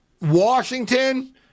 Washington